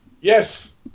Yes